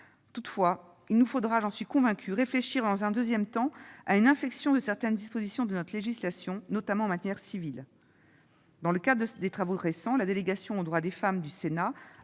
Toutefois, il nous faudra, j'en suis convaincue, réfléchir dans un second temps à une inflexion de certaines dispositions de notre législation, notamment en matière civile. Dans le cadre de ses travaux récents, la délégation aux droits des femmes du Sénat